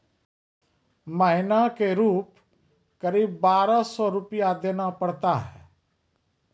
महीना के रूप क़रीब बारह सौ रु देना पड़ता है?